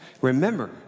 remember